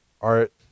art